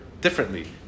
differently